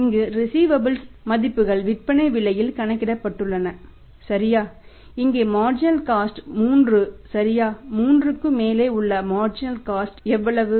இங்கு ரிஸீவபல்ஸ் எவ்வளவு